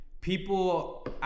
people